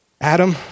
Adam